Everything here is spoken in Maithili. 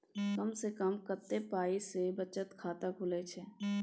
कम से कम कत्ते पाई सं बचत खाता खुले छै?